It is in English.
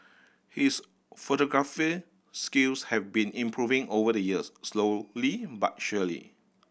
he is photography skills have been improving over the years slowly but surely